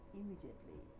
immediately